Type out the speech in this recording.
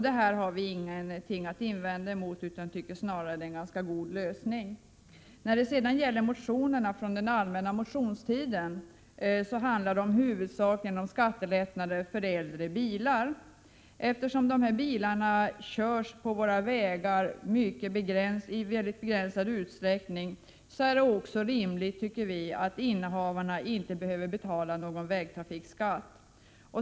Detta har vi ingenting att invända mot utan tycker snarare att det är en ganska god lösning. Motionerna från den allmänna motionstiden handlar huvudsakligen om skattelättnader för äldre bilar. Eftersom dessa äldre bilar körs på våra vägar i mycket begränsad utsträckning, är det också rimligt att innehavarna inte behöver betala någon vägtrafikskatt.